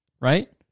right